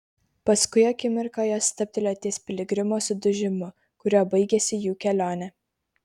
paskui akimirką jos stabtelėjo ties piligrimo sudužimu kuriuo baigėsi jų kelionė